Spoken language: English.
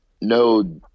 No